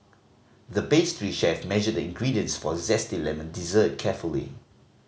the pastry chef measured the ingredients for a zesty lemon dessert carefully